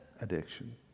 addiction